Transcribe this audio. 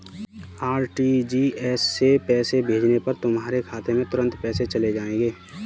RTGS से पैसे भेजने पर तुम्हारे खाते में तुरंत पैसे चले जाएंगे